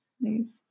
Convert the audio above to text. Nice